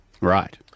Right